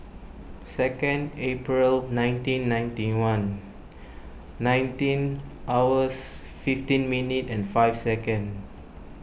second April nineteen ninety one nineteen hours fifteen minute and five second